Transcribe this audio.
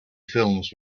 films